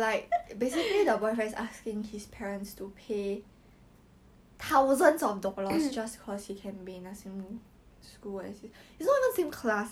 eh you know he had to spam call her to ask where are you she's with me lah obviously he knows me he see me in real life before [what] that day at cliff house